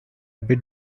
bit